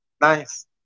nice